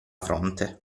fronte